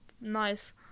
nice